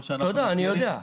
תודה, אני יודע.